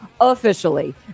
officially